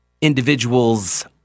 individuals